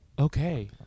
Okay